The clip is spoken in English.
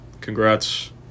Congrats